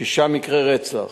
שישה מקרי רצח.